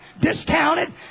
discounted